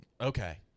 Okay